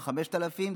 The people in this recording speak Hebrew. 5,000,